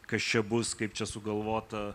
kas čia bus kaip čia sugalvota